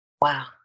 Wow